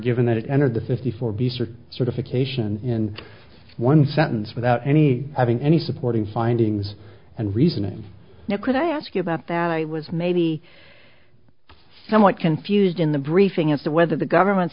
given that it entered the fifty four district certification in one sentence without any having any supporting findings and reasoning now could i ask you about that i was maybe somewhat confused in the briefing at the whether the government